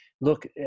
Look